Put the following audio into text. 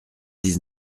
dix